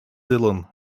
dylan